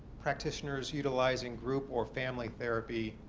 practitioners utilizing group or family therapy